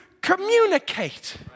communicate